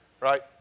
right